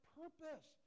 purpose